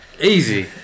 Easy